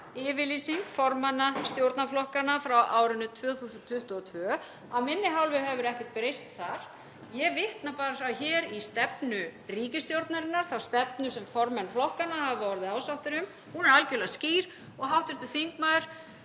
yfirlýsing formanna stjórnarflokkanna frá árinu 2022. Af minni hálfu hefur ekkert breyst þar. Ég vitna bara hér í stefnu ríkisstjórnarinnar, þá stefnu sem formenn flokkanna hafa orðið ásáttir um. Hún er algerlega skýr og hv. þingmaður